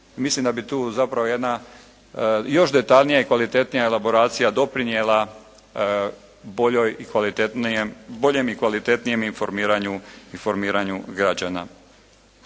mislim da bi tu zapravo jedna još detaljnija i kvalitetnija elaboracija doprinijela boljem i kvalitetnijem informiranju građana.